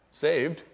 saved